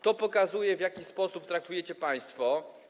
To pokazuje, w jaki sposób traktujecie państwo.